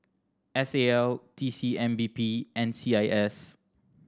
S A L T C M P B and C I S